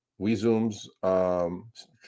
WeZoom's